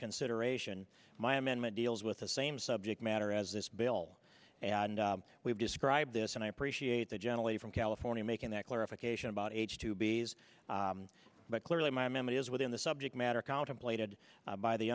consideration my amendment deals with the same subject matter as this bill and we've described this and i appreciate that generally from california making that clarification about h two b s but clearly my memory is within the subject matter contemplated by the